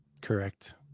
correct